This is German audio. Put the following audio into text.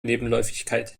nebenläufigkeit